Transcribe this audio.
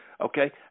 Okay